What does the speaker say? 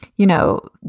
you know,